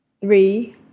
Three